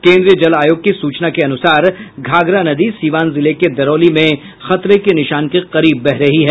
केन्द्रीय जल आयोग की सूचना के अनुसार घाघरा नदी सीवान जिले के दरौली में खतरे के निशान के करीब बह रही है